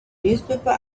newspaper